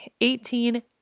eighteen